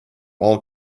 all